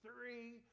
Three